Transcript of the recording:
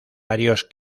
varios